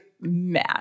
mad